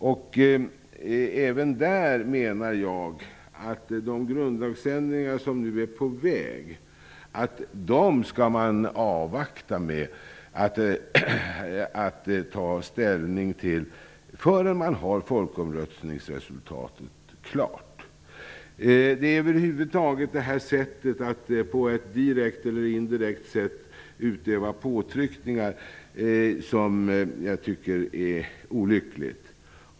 Jag menar att man skall avvakta med att ta ställning till de grundlagsändringar som nu är på väg tills folkomröstningsresultatet är klart. Jag tycker över huvud taget att det här sättet att utöva påtryckningar -- direkt eller indirekt -- är olyckligt.